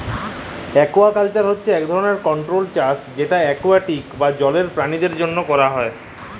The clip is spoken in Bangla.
একুয়াকাল্চার হছে ইক ধরলের কল্ট্রোল্ড চাষ যেট একুয়াটিক বা জলের পেরালিদের জ্যনহে ক্যরা হ্যয়